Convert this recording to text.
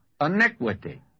iniquity